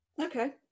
Okay